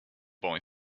boy